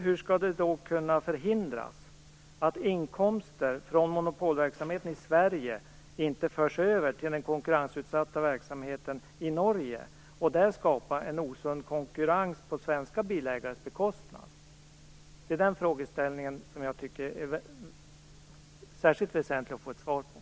Hur skall man då kunna förhindra att inkomster från monopolverksamheten i Sverige inte förs över till den konkurrensutsatta verksamheten i Norge och att det där skapas en osund konkurrens på svenska bilägares bekostnad? Den frågan tycker jag att det är särskilt väsentligt att få svar på.